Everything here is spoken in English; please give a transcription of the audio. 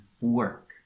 work